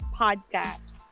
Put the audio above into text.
podcast